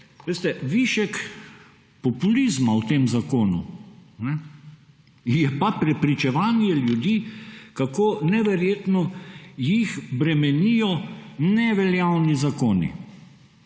višek populizma v tem zakonu je pa prepričevanje ljudi kako neverjetno jih bremenijo neveljavni zakoni.